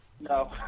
No